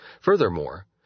Furthermore